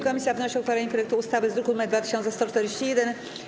Komisja wnosi o uchwalenie projektu ustawy z druku nr 2141.